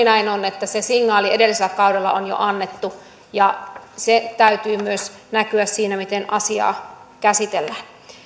näin on että se signaali edellisellä kaudella on jo annettu ja sen täytyy myös näkyä siinä miten asiaa käsitellään